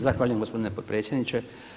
Zahvaljujem gospodine potpredsjedniče.